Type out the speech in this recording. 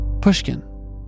pushkin